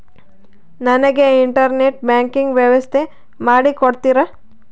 ನನಗೆ internet banking ವ್ಯವಸ್ಥೆ ಮಾಡಿ ಕೊಡ್ತೇರಾ?